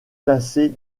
classés